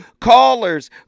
callers